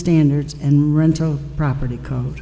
standards and rental property co